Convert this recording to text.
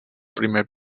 primer